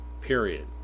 period